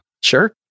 Sure